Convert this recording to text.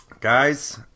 Guys